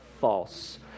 false